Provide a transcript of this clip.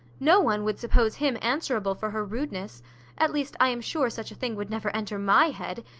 no one would suppose him answerable for her rudeness at least, i am sure such a thing would never enter my head.